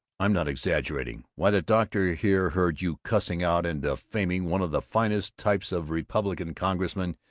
i'm not exaggerating! why the doctor here heard you cussing out and defaming one of the finest types of republican congressmen,